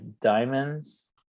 Diamonds